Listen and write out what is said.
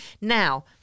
now